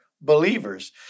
believers